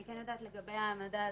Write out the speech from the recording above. אני כן יודעת לגבי העמדה לדין.